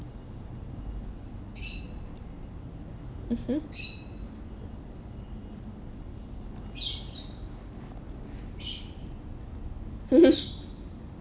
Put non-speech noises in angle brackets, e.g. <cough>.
mmhmm <laughs>